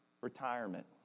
Retirement